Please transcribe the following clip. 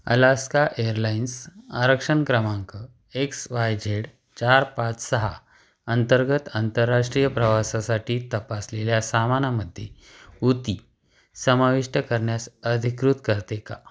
Alaska Airlines आरक्षण क्रमांक X Y Z चार पाच सहा अंतर्गत आंतरराष्ट्रीय प्रवासासाठी तपासलेल्या सामानामध्ये ऊती समाविष्ट करण्यास अधिकृत करते का